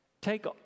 take